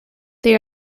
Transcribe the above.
they